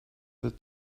the